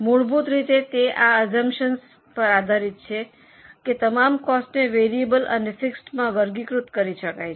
મૂળભૂત રીતે તે આ અસ્સુમ્પ્શન્સ પર આધારિત છે કે તમામ કોસ્ટને વેરિયેબલ અને ફિક્સડમાં વર્ગીકૃત કરી શકાય છે